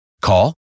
Call